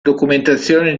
documentazione